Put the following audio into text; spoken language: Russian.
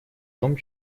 том